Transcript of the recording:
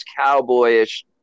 cowboy-ish